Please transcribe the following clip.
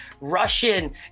Russian